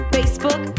Facebook